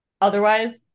otherwise